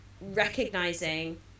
recognizing